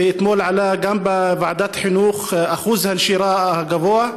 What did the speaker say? ואתמול גם עלה בוועדת החינוך אחוז הנשירה הגבוה,